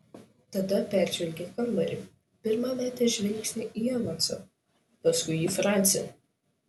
tada peržvelgė kambarį pirma metė žvilgsnį į evansą paskui į francį